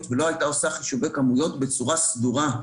ולא הייתה עושה חישובי כמויות בצורה סדורה.